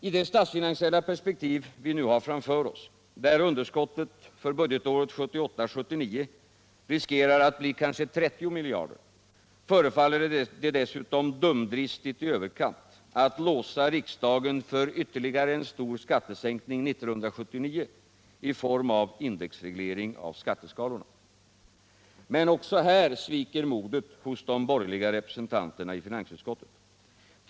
I det statsfinansiella perspektiv vi nu har framför oss, där underskottet för budgetåret 1978/79 riskerar att bli kanske 30 miljarder, förefaller det dessutom dumdristigt i överkant att låsa riksdagen för ytterligare en stor skattesänkning 1979 i form av indexreglering av skatteskalorna. Men också här sviker modet hos de borgerliga representanterna i finansutskottet.